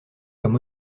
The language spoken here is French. comme